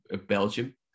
Belgium